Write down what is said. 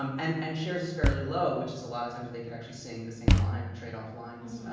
um and and cher's is fairly low, which is a lot of times they could actually sing the same line or tradeoff lines.